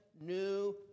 new